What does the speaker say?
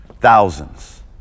thousands